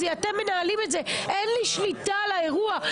אתם מנהלים את זה, אין לי שליטה על האירוע.